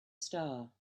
star